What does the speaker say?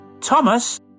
Thomas